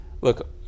look